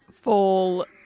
fall